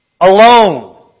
Alone